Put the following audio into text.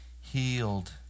healed